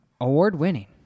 award-winning